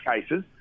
cases